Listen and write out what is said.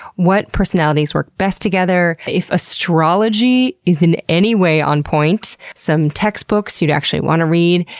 what personalities work best together, if astrology is in any way on point, some textbooks you'd actually want to read,